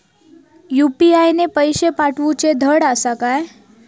UPI ने पैशे पाठवूचे धड आसा काय?